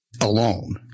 alone